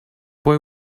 boy